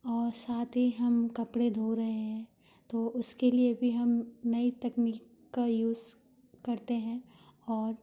और साथ ही हम कपड़े धो रहे है तो उसके लिए भी हम नई तकनीकी का यूज़ करते है और